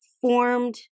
formed